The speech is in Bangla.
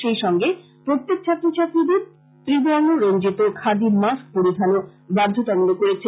সেইসঙ্গে প্রত্যেক ছাত্রছাত্রীদের ত্রি বর্ণ রঞ্জিত খাদি মাস্ক পরিধানও বাধ্যতামূলক করেছে